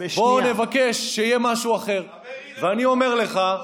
הבן אדם מוטרד לאן הולך, לאיזה סידור.